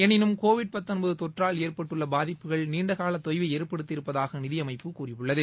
எனினும் கோவிட் தொற்றால் ஏற்பட்டுள்ள பாதிப்புகள் நீண்ட கால தொய்வை ஏற்படுத்தியிருப்பதாக நிதி அமைப்பு கூறியுள்ளது